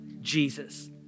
Jesus